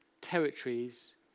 territories